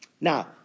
Now